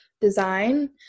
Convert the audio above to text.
design